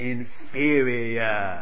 Inferior